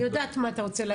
אני יודעת מה אתה רוצה להגיד,